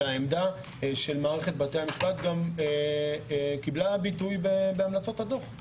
והעמדה של מערכת בתי המשפט קיבלה גם ביטוי בהמלצות הדוח.